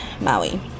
maui